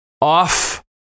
off